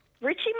Richie